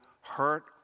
hurt